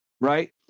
right